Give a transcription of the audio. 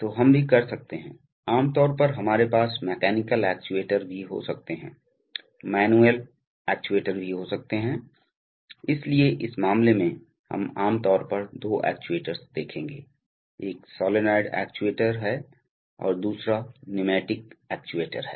तो हम भी कर सकते हैं आम तौर पर हमारे पास मैकेनिकल एक्ट्यूएटर भी हो सकते हैं मैनुअल एक्ट्यूएटर भी हो सकते हैं इसलिए इस मामले में हम आम तौर पर दो एक्ट्यूएटर्स देखेंगे एक सॉलोनॉयड एक्ट्यूएटर है और दूसरा न्यूमैटिक ऐक्ट्यूएटर है